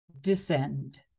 descend